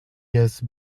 jest